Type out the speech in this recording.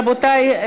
רבותיי,